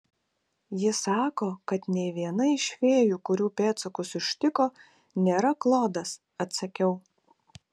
ji sako kad nė viena iš fėjų kurių pėdsakus užtiko nėra klodas atsakiau